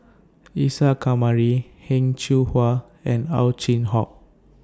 Isa Kamari Heng Cheng Hwa and Ow Chin Hock